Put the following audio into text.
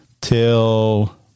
till